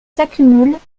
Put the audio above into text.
s’accumulent